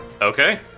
Okay